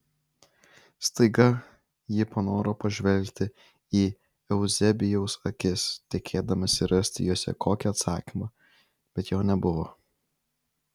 staiga ji panoro pažvelgti į euzebijaus akis tikėdamasi rasti jose kokį atsakymą bet jo nebuvo